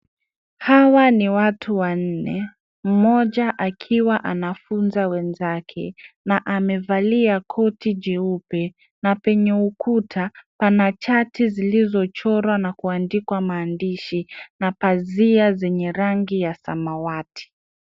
Hawa ni watu wanne, mmoja akiwa anafunza wenzake na amevalia koti jeupe na penye ukuta pana chati zilizochorwa na kuandikwa maandishi, na lazima zenye rangi ya samawati.